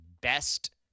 best